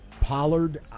Pollard